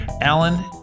Alan